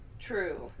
True